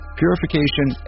purification